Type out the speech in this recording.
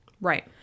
Right